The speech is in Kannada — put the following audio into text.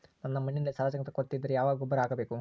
ನನ್ನ ಮಣ್ಣಿನಲ್ಲಿ ಸಾರಜನಕದ ಕೊರತೆ ಇದ್ದರೆ ಯಾವ ಗೊಬ್ಬರ ಹಾಕಬೇಕು?